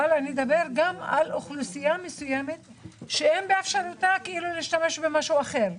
אבל אדבר גם על אוכלוסייה מסוימת שאין באפשרותה להשתמש במשהו אחר.